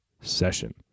session